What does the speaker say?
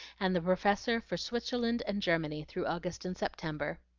and the professor for switzerland and germany, through august and september.